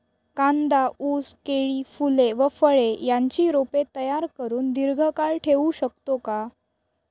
कांदा, ऊस, केळी, फूले व फळे यांची रोपे तयार करुन दिर्घकाळ ठेवू शकतो का?